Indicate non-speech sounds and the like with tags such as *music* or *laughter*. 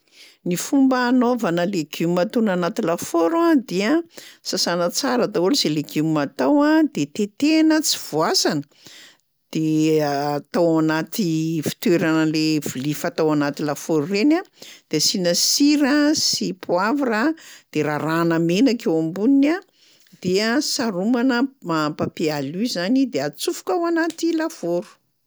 Ny fomba anaovana legioma atono anaty lafaoro a dia: sasana d'tsara daholo zay legioma atao a, de tetehana tsy voasana, de *hesitation* atao anaty fitoerana le vilia fatao anaty lafaoro reny a, de asiana sira sy poavra de rarahana menaka eo amboniny a, dia saromana *hesitation* papier alu zany de atsofoka ao anaty lafaoro.